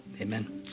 Amen